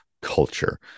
culture